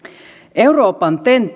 euroopan ten